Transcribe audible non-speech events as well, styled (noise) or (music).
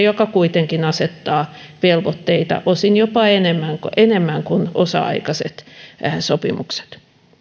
(unintelligible) joka kuitenkin asettaa velvoitteita osin jopa enemmän kuin osa aikaiset sopimukset